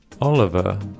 Oliver